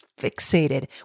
fixated